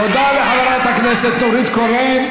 תודה לחברת הכנסת נורית קורן.